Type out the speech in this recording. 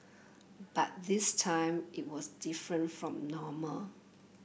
but this time it was different from normal